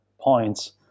points